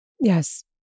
Yes